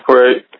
right